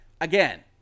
again